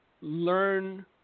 learn